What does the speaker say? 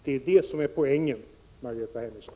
Det är detta som är poängen, Margareta Hemmingsson.